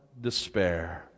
despair